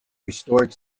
restored